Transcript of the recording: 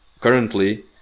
currently